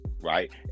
Right